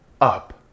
up